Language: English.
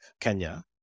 Kenya